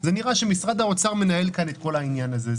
נראה שמשרד האוצר מנהל כאן את כל העניין הזה.